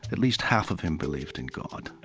at least half of him believed in god.